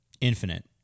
Infinite